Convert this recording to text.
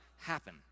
happen